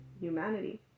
humanity